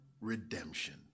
redemption